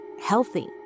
healthy